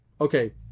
Okay